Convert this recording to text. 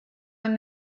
one